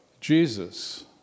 Jesus